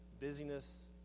Busyness